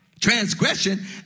Transgression